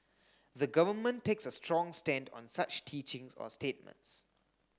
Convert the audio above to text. the Government takes a strong stand on such teachings or statements